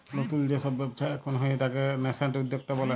লতুল যে সব ব্যবচ্ছা এখুন হয়ে তাকে ন্যাসেন্ট উদ্যক্তা ব্যলে